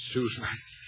Susan